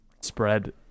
spread